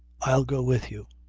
i'll go with you.